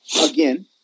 again